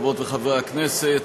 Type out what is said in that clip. חברות וחברי הכנסת,